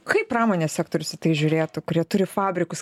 kaip pramonės sektorius į tai žiūrėtų kurie turi fabrikus